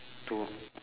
two